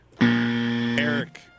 Eric